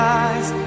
eyes